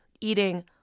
eating